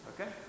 Okay